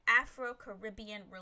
Afro-Caribbean